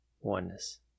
oneness